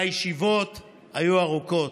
והישיבות היו ארוכות.